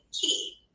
key